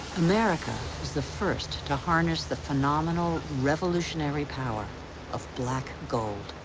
america was the first to harness the phenomenal, revolutionary power of black gold.